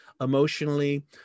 emotionally